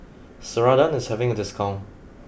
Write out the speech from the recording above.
Ceradan is having a discount